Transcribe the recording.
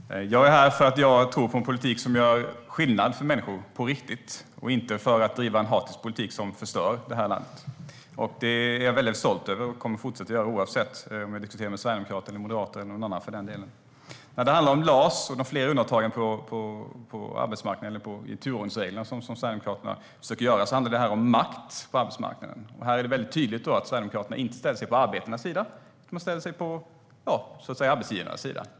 Herr talman! Jag är här för att jag tror på en politik som på riktigt gör skillnad för människor, och inte för att driva en hatisk politik som förstör det här landet. Jag är väldigt stolt över det, och det kommer jag att fortsätta med, oavsett om jag diskuterar med sverigedemokrater, moderater eller någon annan. När det gäller LAS och de undantag från turordningsreglerna som Sverigedemokraterna vill göra handlar det om makt på arbetsmarknaden. Det är tydligt att Sverigedemokraterna inte ställer sig på arbetarnas sida. De ställer sig på arbetsgivarens sida.